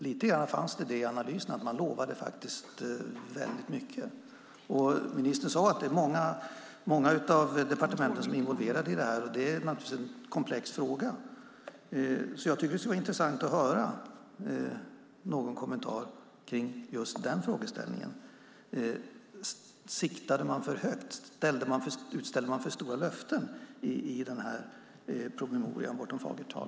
Det framgår i analysen att regeringen lovade mycket. Ministern sade att många departement är involverade. Det är naturligtvis en komplex fråga. Det skulle vara intressant att få höra en kommentar i den frågan. Siktade man för högt? Utställde man för stora löften i promemorian Bortom fagert tal ?